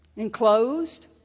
Enclosed